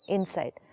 Inside